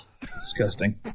Disgusting